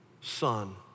Son